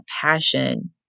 passion